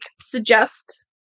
suggest